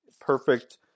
Perfect